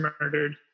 murdered